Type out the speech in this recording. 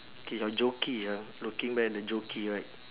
K your jockey ah looking back at the jockey right